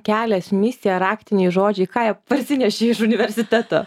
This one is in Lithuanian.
kelias misija raktiniai žodžiai ką jie parsinešė iš universiteto